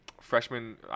Freshman